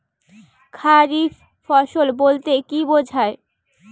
খারিফ ফসল বলতে কী বোঝায়?